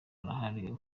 arahari